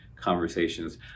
conversations